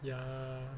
ya